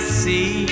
see